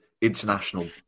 international